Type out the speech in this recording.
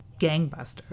gangbusters